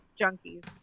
junkies